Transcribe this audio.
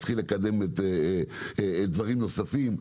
להתחיל לקדם דברים נוספים,